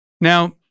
Now